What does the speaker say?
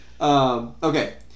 Okay